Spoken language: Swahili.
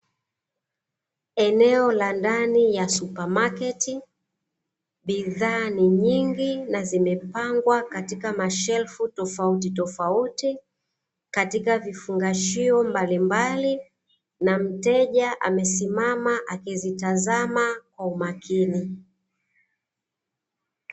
Eneo la ndani ya supamaketi, bidhaa ni nyingi na zimepangwa katika mashelfu tofautitofauti katika vifungashio mbalimbali na mteja amesimama akizitazama kwa umakini.